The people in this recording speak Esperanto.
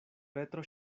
petro